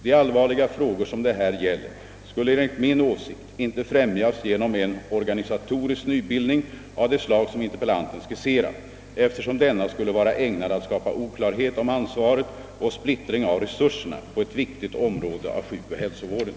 De allvarliga frågor som det här gäller skulle enligt min åsikt inte främjas genom en organisatorisk nybildning av det slag som interpellanten skisserat, eftersom denna skulle vara ägnad att skapa oklarhet om ansvaret och splittring av resurserna på ett viktigt område av sjukoch hälsovården.